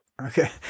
Okay